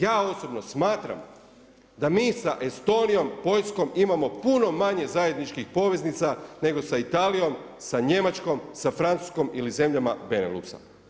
Ja osobno smatram da mi sa Estonijom, Poljskom imamo puno manje zajedničkih poveznica nego sa Italijom, sa Njemačkoj, sa Francuskom ili zemljama Beneluksa.